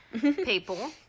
people